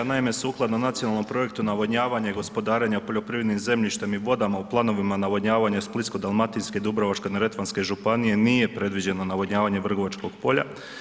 Naime, sukladno Nacionalnom projektu navodnjavanja i gospodarenja poljoprivrednim zemljištem i vodama u planovima navodnjavanja Splitsko-dalmatinske i Dubrovačko-neretvanske županije nije predviđeno navodnjavanje Vrgoračkog polja.